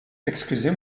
excusez